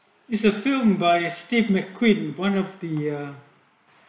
it's a film by uh steve mcqueen one of the ah